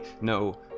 No